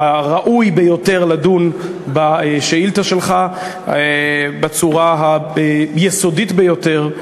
ראוי ביותר לדון בשאילתה שלך בצורה היסודית ביותר,